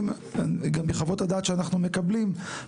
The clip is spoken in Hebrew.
בחוות הדעת שאנחנו מקבלים,